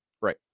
Right